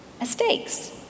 mistakes